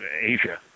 Asia